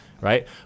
right